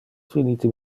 finite